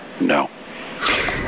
no